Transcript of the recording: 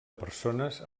persones